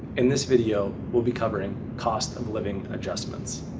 in this video we'll be covering cost-of-living adjustments.